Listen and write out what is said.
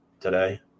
today